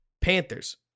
Panthers